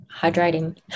hydrating